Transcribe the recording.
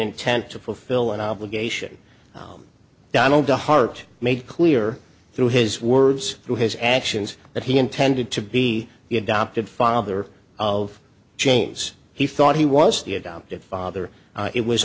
intent to fulfill an obligation donald to heart made clear through his words through his actions that he intended to be the adopted father of james he thought he was the adoptive father it was